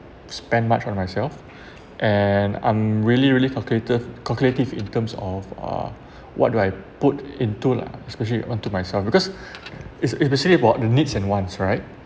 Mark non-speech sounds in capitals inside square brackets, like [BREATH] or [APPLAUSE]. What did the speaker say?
spend much on myself [BREATH] and I'm really really calculative calculative in terms of uh what do I put into lah especially onto myself because it's it's basically about the needs and wants right